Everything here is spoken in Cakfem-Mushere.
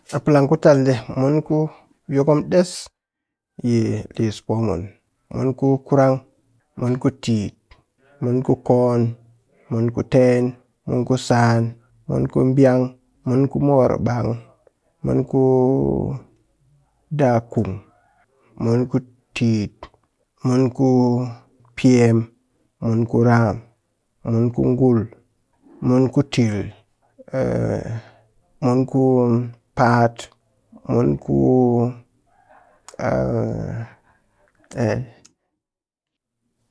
a palang ku tal ɗe mun ku yokom ɗes yi liss poomun mun kurang, mun ku titt, mun ku koon, mun ku teen, mun ku saan, mun ku biang, mun ku morbang, mun ku dakung, mun ku titt, mun ku piem, mun ku raam, mun ku ngul, mun ku tiil mun ku paat, mun ku